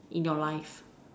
in your life